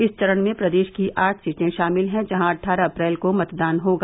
इस चरण में प्रदेश की आठ सीटें शामिल हैं जहां अट्ठारह अप्रैल को मतदान होगा